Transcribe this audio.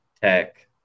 Tech